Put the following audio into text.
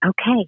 okay